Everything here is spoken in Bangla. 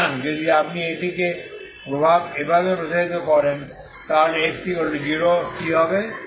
সুতরাং যদি আপনি এটিকে এভাবে প্রসারিত করেন তাহলে x0 এ কি হবে